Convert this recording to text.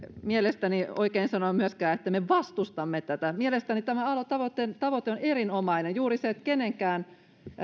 mielestäni oikein sanoa myöskään että me vastustamme tätä mielestäni tämän aloitteen tavoite on erinomainen juuri se että kenenkään